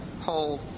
whole